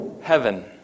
heaven